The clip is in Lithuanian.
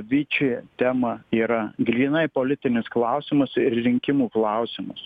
viči tema yra grynai politinis klausimas ir rinkimų klausimas